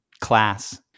class